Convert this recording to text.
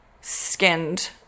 skinned